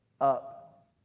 up